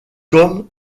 comme